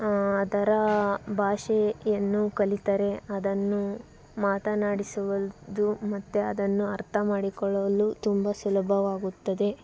ಅದರ ಭಾಷೆಯನ್ನು ಕಲಿತರೆ ಅದನ್ನು ಮಾತನಾಡಿಸುವುದು ಮತ್ತೆ ಅದನ್ನು ಅರ್ಥ ಮಾಡಿಕೊಳ್ಳಲು ತುಂಬ ಸುಲಭವಾಗುತ್ತದೆ